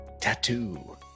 Tattoo